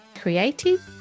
creative